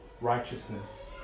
righteousness